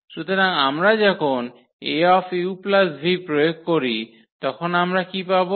সুতরাং আমরা যখন Auv প্রয়োগ করি তখন আমরা কী পাব